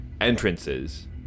entrances